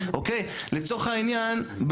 לצורך העניין,